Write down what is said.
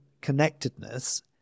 connectedness